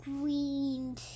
green